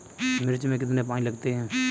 मिर्च में कितने पानी लगते हैं?